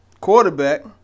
quarterback